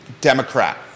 Democrat